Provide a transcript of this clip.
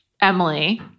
emily